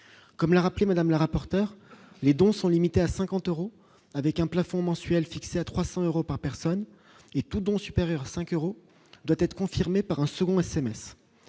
comme l'a rappelé Madame le rapporteur, les dons sont limités à 50 euros, avec un plafond mensuel fixé à 300 euros par personne et tout don supérieur à 5 euros doit être confirmé par un second SMS